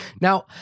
now